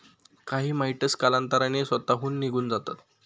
काही माइटस कालांतराने स्वतःहून निघून जातात